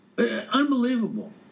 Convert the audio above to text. Unbelievable